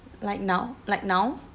like now like now